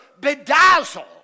bedazzle